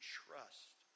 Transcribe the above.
trust